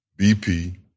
BP—